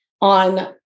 On